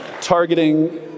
targeting